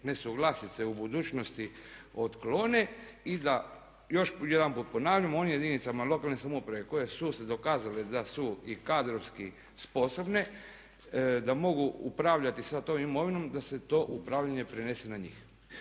nesuglasice u budućnosti otklone i da, još jedanput ponavljam, onim jedinicama lokalne samouprave koje su se dokazale da su i kadrovski sposobne da mogu upravljati sa tom imovinom, da se to upravljanje prenese na njih.